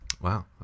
Wow